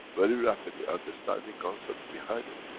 very rapidly understanding, concept behind it.